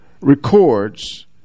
records